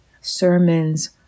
sermons